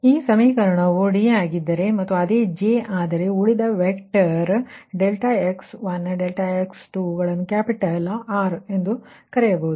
ಆದ್ದರಿಂದ ಈ ಸಮೀಕರಣವು D ಆಗಿದ್ದರೆ ಮತ್ತು ಅದೇ J ಆದರೆ ಮತ್ತು ಈ ಉಳಿದ ವೆಕ್ಟರ್ ∆x1∆x2 ಗಳನ್ನುಕ್ಯಾಪಿಟಲ್capital R ಎಂದು ಕರೆಯಬಹುದು